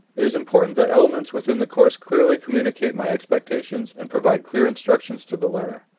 it is important that elements within the course clearly communicate my expectations and provide clear instructions to the learner.